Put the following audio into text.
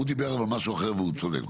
הוא דיבר על משהו אחר והוא צודק.